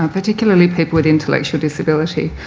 um particularly people with intellectual disability.